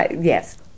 Yes